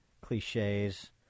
cliches